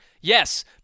Yes –